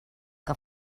que